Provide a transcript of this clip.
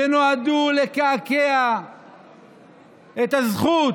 שנועדו לקעקע את הזכות